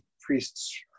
priests